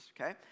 okay